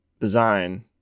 design